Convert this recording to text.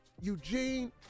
Eugene